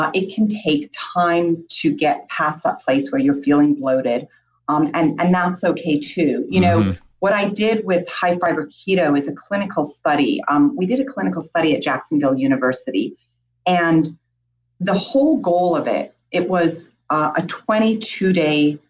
ah can take time to get past that place where feeling bloated um and and that's okay too. you know what i did with high fiber keto is a clinical study. um we did a clinical study at jacksonville university and the whole goal of it, it was a twenty two day.